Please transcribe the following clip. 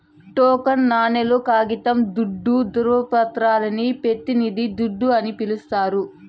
token నాణేలు, కాగితం దుడ్డు, దృవపత్రాలని పెతినిది దుడ్డు అని పిలిస్తారు